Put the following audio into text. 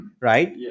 right